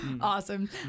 Awesome